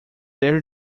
very